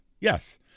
Yes